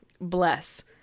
Bless